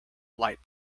light